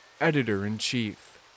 editor-in-chief